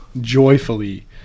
joyfully